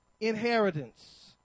inheritance